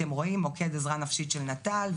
אתם רואים, מוקד, עזרה נפשית של נט"ל.